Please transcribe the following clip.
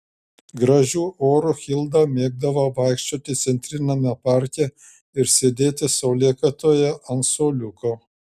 gražiu oru hilda mėgdavo vaikščioti centriniame parke ir sėdėti saulėkaitoje ant suoliuko